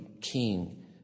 king